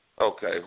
Okay